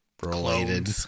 related